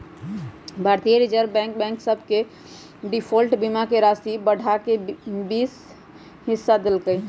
भारतीय reserve bank bank सभ के डिफॉल्ट बीमा के राशि बढ़ा कऽ बीस हिस क देल्कै